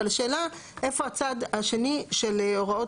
אבל השאלה איפה הצד השני של הוראות